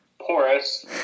porous